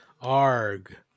Arg